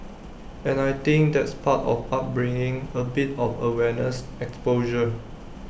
and I think that's part of upbringing A bit of awareness exposure